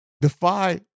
defy